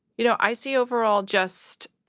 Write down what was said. you know, i see overall just,